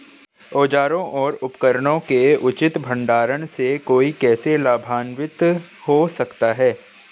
औजारों और उपकरणों के उचित भंडारण से कोई कैसे लाभान्वित हो सकता है?